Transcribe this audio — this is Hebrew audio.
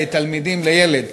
תלמידים בכיתה.